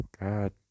God